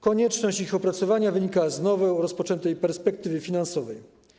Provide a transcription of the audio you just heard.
Konieczność ich opracowania wynika z nowo rozpoczętej perspektywy finansowej.